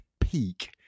peak